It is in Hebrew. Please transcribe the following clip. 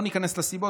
לא ניכנס לסיבות,